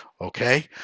Okay